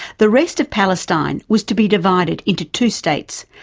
the rest of palestine was to be divided into two states,